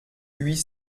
huit